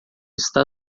está